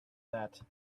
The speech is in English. that